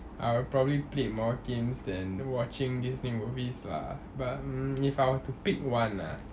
I would probably played more games than watching Disney movies lah but mm if I were to pick one ah